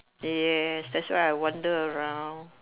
yes that's why I wander around